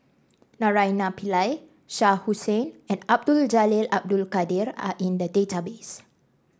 Naraina Pillai Shah Hussain and Abdul Jalil Abdul Kadir are in the database